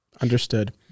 Understood